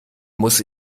muss